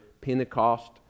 Pentecost